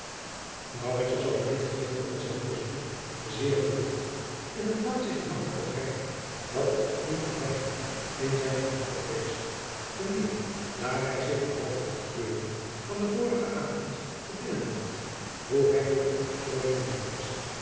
was over dit gedeelte van zijn moeders brief zeer geroerd en het laat zich gemakkelijk begrijpen dat er op nieuw verwijtingen in zijn gemoed oprezen te meer daar hij zich behalve het gebeurde van den vorigen avond te binnen bragt hoe hij door de verstrooijingen der reis